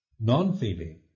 non-feeling